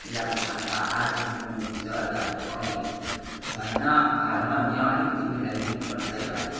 या त भाडा आज लिनुहुन्छ या भोलि भएन भाडा पनि अलिकति मिलाइदिनुपर्छ है भाइ